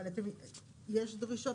אבל יש דרישות.